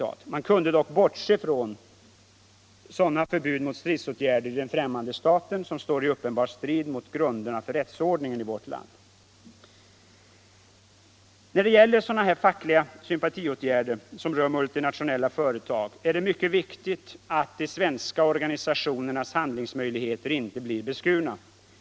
Man kunde dock bortse från ”sådana förbud mot stridsåtgärder i den främmande staten som står i uppenbar strid emot grunderna för rättsordningen i vårt land”. När det gäller fackliga sympatiåtgärder som rör multinationella företag är det mycket viktigt att de svenska organisationernas handlingsmöjligheter inte blir beskurna.